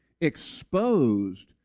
exposed